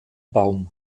baum